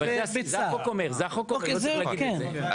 אבל זה החוק אומר, לא צריך להגיד את זה.